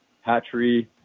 hatchery